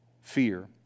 fear